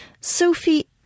Sophie